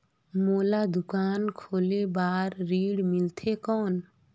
मोला दुकान खोले बार ऋण मिलथे कौन?